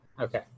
okay